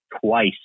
twice